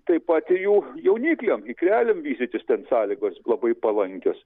tai pat ir jų jaunikliam ikreliam vystytis ten sąlygos labai palankios